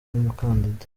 nk’umukandida